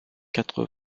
quatre